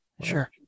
Sure